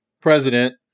president